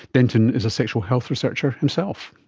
denton is a sexual health researcher himself.